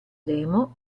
demo